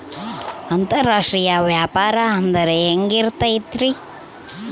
ಅಂತರಾಷ್ಟ್ರೇಯ ವ್ಯಾಪಾರ ಅಂದ್ರೆ ಹೆಂಗಿರ್ತೈತಿ?